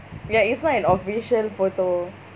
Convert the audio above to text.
ya it's not an official photo